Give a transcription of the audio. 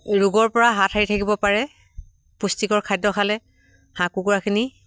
ৰোগৰ পৰা হাত সাৰি থাকিব পাৰে পুষ্টিকৰ খাদ্য খালে হাঁহ কুকুৰাখিনি